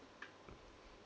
mm